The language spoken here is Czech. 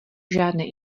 žádné